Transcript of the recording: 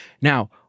Now